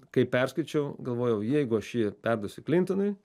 kai perskaičiau galvojau jeigu aš jį perduosiu klintonui